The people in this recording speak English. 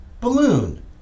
balloon